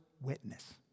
Witness